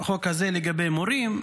החוק הזה לגבי מורים,